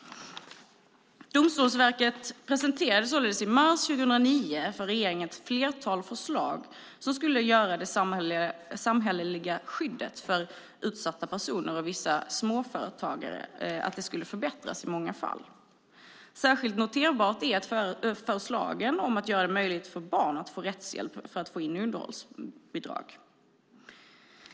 Domstolsverket presenterade således i mars 2009 ett flertal förslag för regeringen som skulle göra att det samhälleliga skyddet för utsatta personer och vissa småföretagare förbättrades i många fall. Särskilt noterbart är förslagen om att göra det möjligt för barn att få rättshjälp för att få in underhållsbidrag.